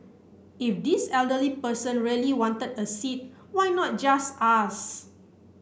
if this elderly person really wanted a seat why not just ask